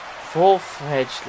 full-fledged